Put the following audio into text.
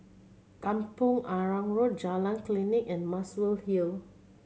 Kampong Arang Road Jalan Klinik and Muswell Hill